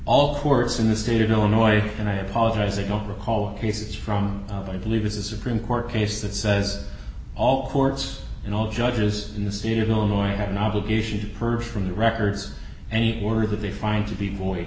all courts in the state of illinois and i apologize i don't recall he says from what i believe is a supreme court case that says all courts and all judges in the state of illinois have an obligation to purge from the records any order that they find to be